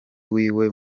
wiwe